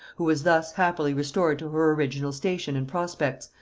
who was thus happily restored to her original station and prospects,